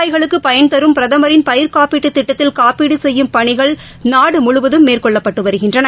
நாட்டில் விவசாயிகளுக்குபயன்தரும் பிரதமரின் பயிர் காப்பீட்டுதிட்டத்தில் காப்பீடுசெய்யும் பணிகள் நாடுமுழுவதும் மேற்கொள்ளப்பட்டுவருகின்றன